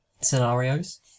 scenarios